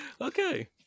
Okay